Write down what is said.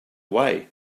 way